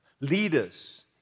leaders